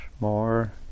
more